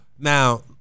now